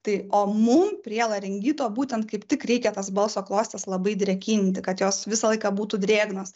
tai o mum prie laringito būtent kaip tik reikia tas balso klostes labai drėkinti kad jos visą laiką būtų drėgnos